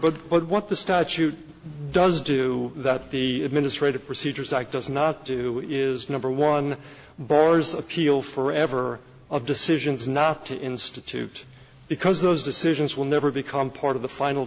but what the statute does do that the administrative procedures act does not do is number one bars appeal forever of decisions not to institute because those decisions will never become part of the final